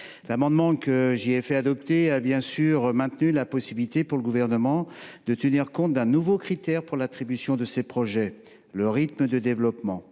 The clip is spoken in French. L’amendement que j’ai fait adopter a bien sûr maintenu la possibilité pour le Gouvernement de tenir compte d’un nouveau critère pour l’attribution de ces projets, à savoir le rythme de développement.